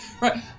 Right